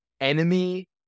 enemy